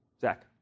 Zach